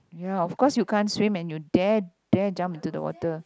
ya of course you can't swim and you dare dare jump into the water